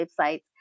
website